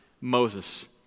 Moses